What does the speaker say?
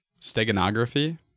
steganography